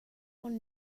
one